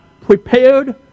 prepared